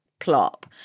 plop